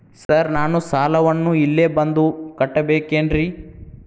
Sir ನಾನು ಸಾಲವನ್ನು ಇಲ್ಲೇ ಬಂದು ಕಟ್ಟಬೇಕೇನ್ರಿ?